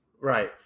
Right